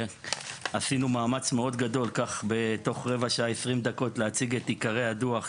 עשינו מאמץ מאוד גדול כך בתוך 20 דקות להציג את עיקרי הדוח.